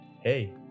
hey